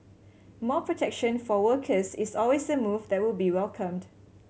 more protection for workers is always a move that will be welcomed